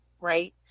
right